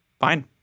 Fine